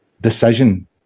decision